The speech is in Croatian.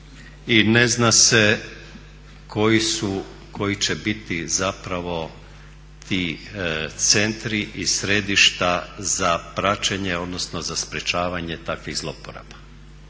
i ne zna se koji će biti zapravo ti centri i središta za praćenje odnosno za sprečavanje takvih zloporaba.